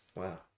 wow